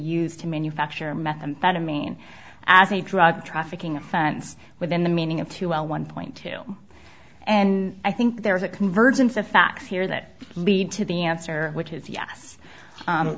used to manufacture methamphetamine as a drug trafficking offense within the meaning of two l one point two and i think there is a convergence of facts here that lead to the answer which is ye